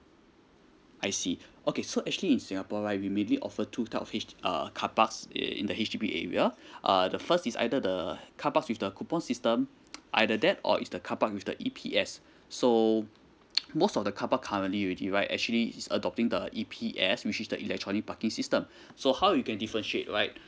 I see okay so actually in singapore right we merely offer two type of h~ err carparks in the H_D_B area uh the first is either the carparks with the coupons system either that or is the carpark with the E_P_S so most of the carpark currently already right actually is adopting the E_P_S which is the electronic parking system so how you can differentiate right